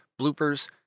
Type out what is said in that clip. bloopers